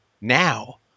now